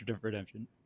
redemption